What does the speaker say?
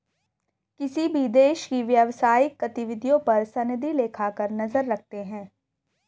किसी भी देश की व्यवसायिक गतिविधियों पर सनदी लेखाकार नजर रखते हैं